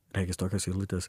regis tokios eilutės